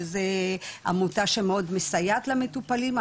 שזה עמותה שמאוד מסייעת למטופלים,